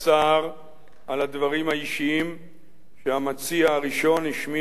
על הדברים האישיים שהמציע הראשון השמיע כאן מעל הדוכן